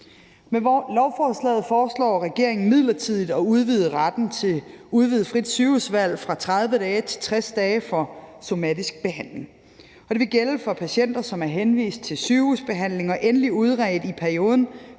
Med lovforslaget foreslår regeringen midlertidigt at udvide retten til udvidet frit sygehusvalg fra 30 dage til 60 dage for somatisk behandling. Det vil gælde for patienter, som er henvist til sygehusbehandling og udredt i perioden